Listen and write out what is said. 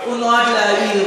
הוא נועד להעיר